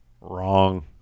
Wrong